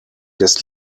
das